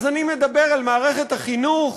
אז אני מדבר על מערכת החינוך,